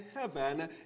heaven